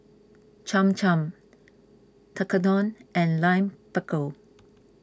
Cham Cham Tekkadon and Lime Pickle